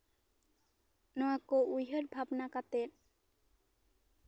ᱱᱚᱣᱟ ᱠᱚ ᱩᱭᱦᱟᱹᱨ ᱵᱷᱟᱵᱱᱟ ᱠᱟᱛᱮᱜ